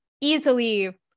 easily